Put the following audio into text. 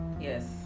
yes